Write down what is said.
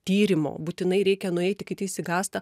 tyrimo būtinai reikia nueiti kiti išsigąsta